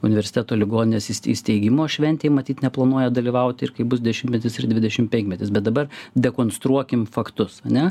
universiteto ligoninės įs įsteigimo šventėj matyt neplanuoja dalyvauti ir kai bus dešimtmetis ir dvidešimtpenkmetis bet dabar dekonstruokim faktus ar ne